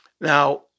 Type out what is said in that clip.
Now